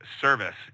service